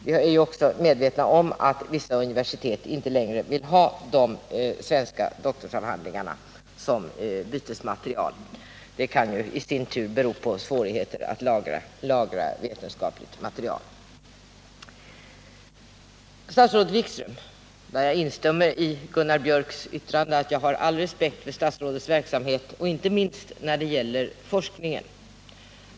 Vi är också medvetna om att vissa universitet inte längre vill ha de svenska doktorsavhandlingarna som bytesmaterial. Det kan i sin tur bero på svårigheter att lagra vetenskapligt material. Statsrådet Wikström! Jag instämmer i Gunnar Biörcks yttrande. Jag har också all respekt för statsrådets verksamhet, inte minst när det gäller forskningen.